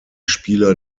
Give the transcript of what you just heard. spieler